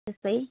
त्यस्तै